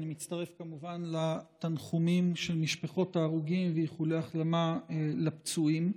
אני מצטרף כמובן לתנחומים למשפחות ההרוגים ולאיחולי ההחלמה לפצועים.